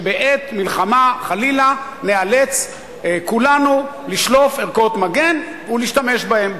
שבעת מלחמה חלילה ניאלץ כולנו לשלוף ערכות מגן ולהשתמש בהן,